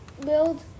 Build